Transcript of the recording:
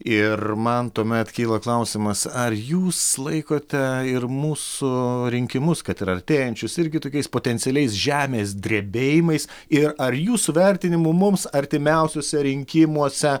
ir man tuomet kyla klausimas ar jūs laikote ir mūsų rinkimus kad ir artėjančius irgi tokiais potencialiais žemės drebėjimais ir ar jūsų vertinimu mums artimiausiuose rinkimuose